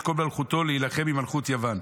את כל מלכותו להילחם עם מלכות יוון.